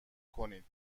کنید